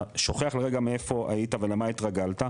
אתה שוכח לרגע איפה היית ולמה התרגלת,